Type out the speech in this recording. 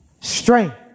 strength